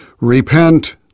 repent